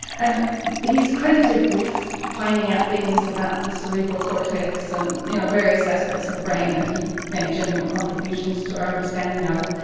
and he's credited with finding out things about the cerebral cortex and you know various aspects of the brain that he made genuine contributions to our understanding of and